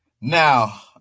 Now